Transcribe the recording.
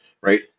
right